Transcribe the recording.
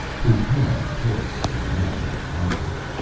his hand toyed with an imaginary monocle.